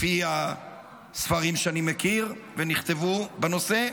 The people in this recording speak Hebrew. לפי הספרים שאני מכיר ונכתבו בנושא,